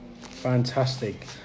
fantastic